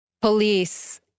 police